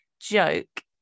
joke